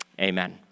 Amen